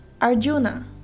Arjuna